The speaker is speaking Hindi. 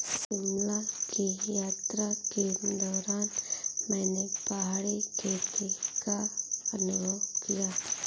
शिमला की यात्रा के दौरान मैंने पहाड़ी खेती का अनुभव किया